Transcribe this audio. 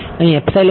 અહીં છે